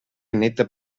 néta